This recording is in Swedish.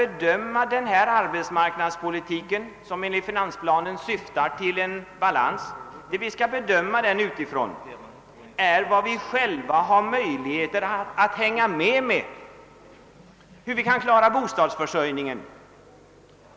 Men denna arbetsmarknadspolitik, som enligt finansplanen syftar till balans, skall bedömas utifrån våra möjligheter att hänga med, exempelvis beträffande bostadsförsörjningen.